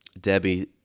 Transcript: Debbie